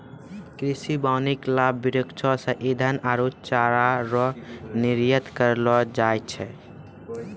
कृषि वानिकी लाभ वृक्षो से ईधन आरु चारा रो निर्यात करलो जाय छै